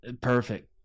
Perfect